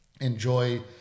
enjoy